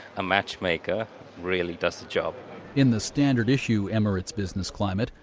a matchmaker really does the job in the standard issue emirates business climate,